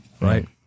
right